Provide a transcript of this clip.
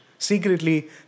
Secretly